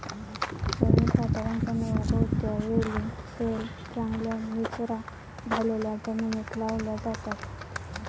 सर्वसाधारणपणे, उगवत्या वेली सैल, चांगल्या निचरा झालेल्या जमिनीत लावल्या जातात